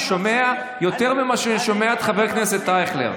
אני שומע יותר ממה שאני שומע את חבר הכנסת אייכלר.